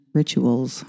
rituals